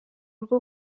rwo